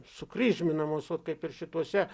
sukryžminamos vat kaip ir šituose